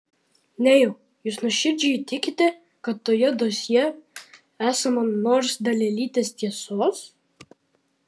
nejau jūs nuoširdžiai tikite kad toje dosjė esama nors dalelytės tiesos